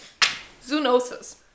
zoonosis